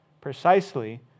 precisely